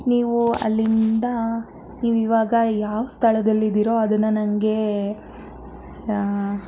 ನೀವು ಅಲ್ಲಿಂದ ನೀವು ಇವಾಗ ಯಾವ ಸ್ಥಳದಲ್ಲಿ ಇದ್ದಿರೋ ಅದನ್ನು ನನಗೆ